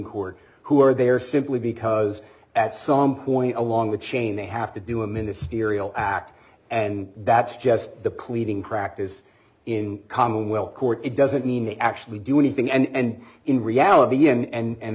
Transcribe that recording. court who are there simply because at some point along the chain they have to do a ministerial act and that's just the pleading practice in commonwealth court it doesn't mean they actually do anything and in reality and